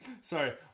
Sorry